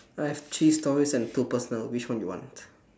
I have three stories and two personal which one you want